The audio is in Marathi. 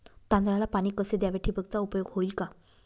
तांदळाला पाणी कसे द्यावे? ठिबकचा उपयोग होईल का?